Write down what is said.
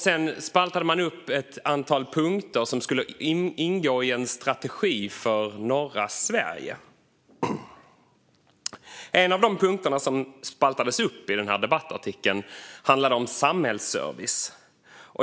Sedan spaltade man upp ett antal punkter som skulle ingå i en strategi för norra Sverige. En av de punkter som spaltades upp i debattartikeln handlade om samhällsservice.